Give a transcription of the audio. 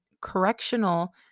Correctional